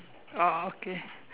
oh okay